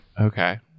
okay